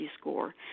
score